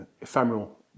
ephemeral